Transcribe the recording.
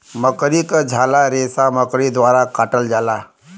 मकड़ी क झाला रेसा मकड़ी द्वारा काटल जाला